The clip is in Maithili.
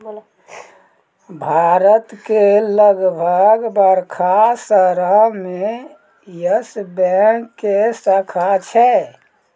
भारत के लगभग बड़का शहरो मे यस बैंक के शाखा छै